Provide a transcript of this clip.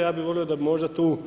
Ja bi volio da možda tu